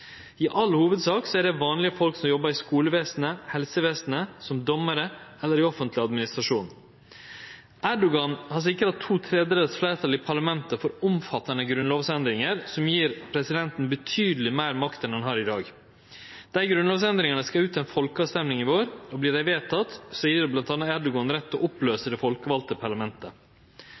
I all hovudsak er dette vanlege folk som jobbar i skolevesenet, i helsevesenet, som dommarar eller i offentleg administrasjon. Erdogan har sikra to tredels fleirtal i parlamentet for omfattande grunnlovsendringar som gjev presidenten betydeleg meir makt enn han har i dag. Dei grunnlovsendringane skal ut i ei folkerøysting i vår, og vert dei vedtekne, gjev dei bl.a. Erdogan rett til å oppløyse det folkevalde parlamentet.